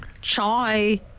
chai